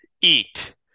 Eat